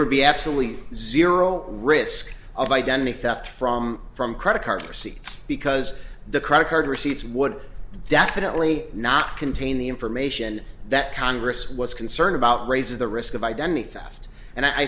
would be absolutely zero risk of identity theft from from credit card receipts because the credit card receipts would definitely not contain the information that congress was concerned about raises the risk of identity theft and i